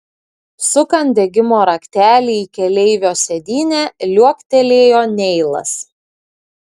sukant degimo raktelį į keleivio sėdynę liuoktelėjo neilas